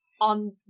on